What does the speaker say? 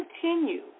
continue